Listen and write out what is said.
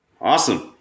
Awesome